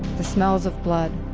the smells of blood.